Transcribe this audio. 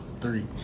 three